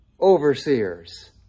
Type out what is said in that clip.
overseers